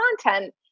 content